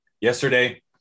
Yesterday